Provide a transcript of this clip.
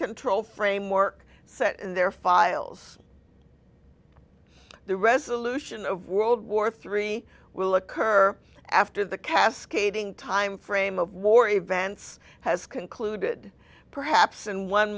control framework set in their files the resolution of world war three will occur after the cascading timeframe of war events has concluded perhaps in one